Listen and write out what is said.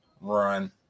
Run